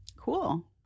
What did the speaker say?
Cool